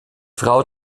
frau